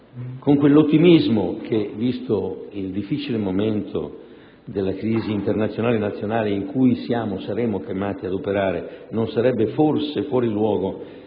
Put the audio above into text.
con quell'ottimismo che, visto il difficile momento della crisi internazionale e nazionale in cui siamo e saremo chiamati ad operare, non sarebbe forsefuori luogo